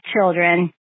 children